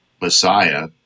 Messiah